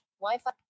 Wi-Fi